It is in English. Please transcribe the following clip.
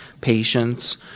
patients